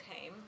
came